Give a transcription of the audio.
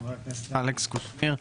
חבר הכנסת אלכס קושניר,